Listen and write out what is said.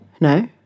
no